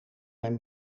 mijn